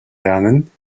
lernen